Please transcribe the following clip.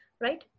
right